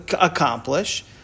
accomplish